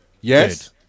Yes